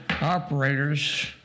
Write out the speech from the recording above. operators